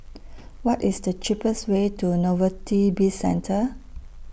What IS The cheapest Way to Novelty Bizcentre